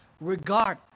regard